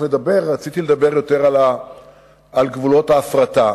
לדבר רציתי לדבר יותר על גבולות ההפרטה,